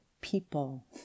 people